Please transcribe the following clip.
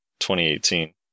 2018